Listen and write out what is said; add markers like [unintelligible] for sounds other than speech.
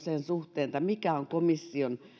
[unintelligible] sen suhteen mikä on komission